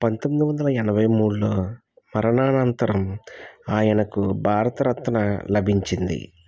పంతొమ్మిది వందల ఎనబై మూడులో మరణానంతరం ఆయనకు భారతరత్న లభించింది